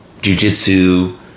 jujitsu